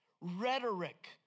Rhetoric